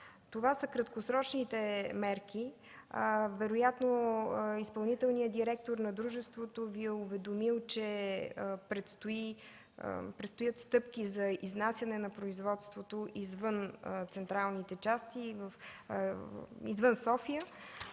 Това са краткосрочните мерки. Вероятно изпълнителният директор на дружеството Ви е уведомил, че предстоят стъпки за изнасяне на производството извън централните части – извън София.